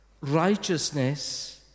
righteousness